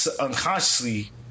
unconsciously